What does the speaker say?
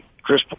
Chris